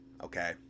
okay